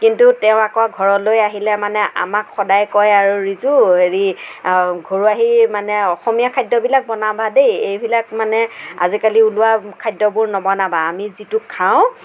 কিন্তু তেওঁ আকৌ ঘৰলৈ আহিলে মানে আমাক সদায় কয় আৰু ৰিজু হেৰি ঘৰুৱা সেই মানে অসমীয়া খাদ্যবিলাক বনাবা দেই এইবিলাক মানে আজিকালি ওলোৱা খাদ্যবোৰ নবনাবা আমি যিটো খাওঁ